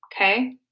okay